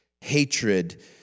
hatred